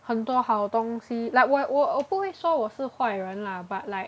很多好东西 like 我我我不会说我是坏人 lah but like